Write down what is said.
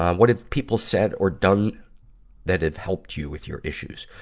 um what have people said or done that have helped you with your issues?